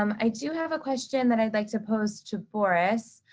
um i do have a question that i'd like to pose to boris.